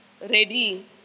ready